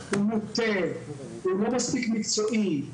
הוא מוטה, הוא לא מספיק מקצועי.